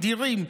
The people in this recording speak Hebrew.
דירים,